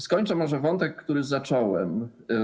Skończę może wątek, który zacząłem.